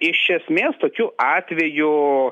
iš esmės tokiu atveju